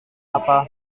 apa